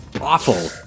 Awful